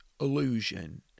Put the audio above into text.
illusion